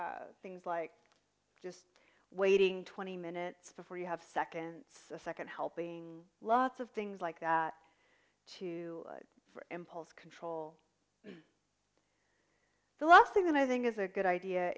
before things like waiting twenty minutes before you have second second helping lots of things like that to impulse control the last thing that i think is a good idea